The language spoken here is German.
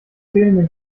fehlenden